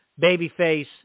Babyface